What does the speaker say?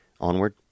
Onward